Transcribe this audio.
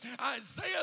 Isaiah